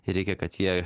reikia kad jie